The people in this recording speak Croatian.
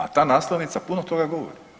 A ta naslovnica puno toga govori.